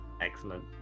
Excellent